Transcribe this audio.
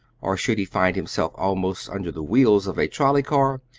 or should he find himself almost under the wheels of a trolley-car,